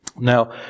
Now